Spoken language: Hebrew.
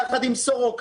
יחד עם סורוקה,